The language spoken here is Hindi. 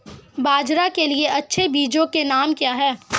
बाजरा के लिए अच्छे बीजों के नाम क्या हैं?